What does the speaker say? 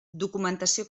documentació